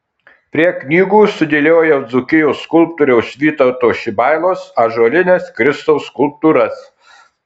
prie knygų sudėliojau dzūkijos skulptoriaus vytauto šibailos ąžuolines kristaus skulptūras